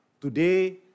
today